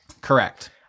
Correct